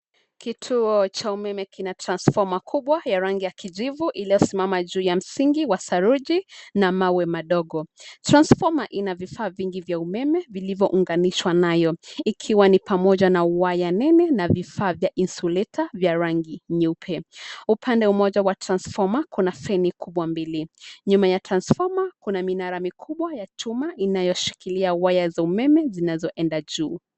Kituo cha umeme kina transfoma kubwa ya rangi ya kijivu iliyosimama juu ya msingi wa saruji na mawe madogo. Transfoma ina vifaa vingi vya umeme vilivyo unganishwa nayo, ikiwa ni pamoja na waya nene na vifaa vya insuleta vya rangi nyeupe. Upande umoja wa transfoma kuna feni kubwa mbili. Nyuma ya transformer kuna, minara mikubwa ya chuma inayoshikilia waya za umeme zinazoenda juu.